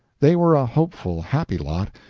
they were a hopeful, happy lot,